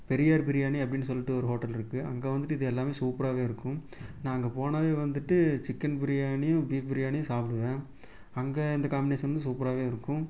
பெரியார் பிரியாணி அப்படின்னு சொல்லிட்டு ஒரு ஹோட்டல் இருக்குது அங்கே வந்துட்டு இது எல்லாமே சூப்பராகவே இருக்கும் நான் அங்கே போனாவே வந்துட்டு சிக்கன் பிரியாணியும் பீஃப் பிரியாணியும் சாப்பிடுவேன் அங்கே இந்த காமினேஷன் வந்து சூப்பராகவே இருக்கும்